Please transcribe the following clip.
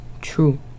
true